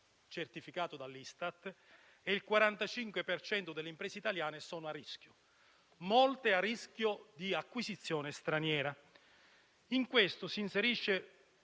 certificato dall'Istat, e che il 45 per cento delle imprese italiane è a rischio, e molte a rischio di acquisizione straniera. In questo quadro si inserisce